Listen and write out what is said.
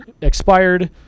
expired